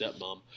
stepmom